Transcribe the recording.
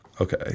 Okay